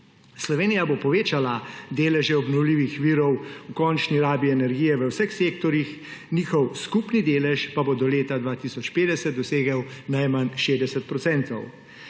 Slovenija bo povečala deleže obnovljivih virov v končni rabi energije v vseh sektorjih, njihov skupni delež pa bo do leta 2050 dosegel najmanj 60